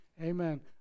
Amen